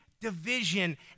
division